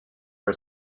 for